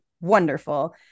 wonderful